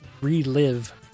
Relive